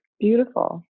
Beautiful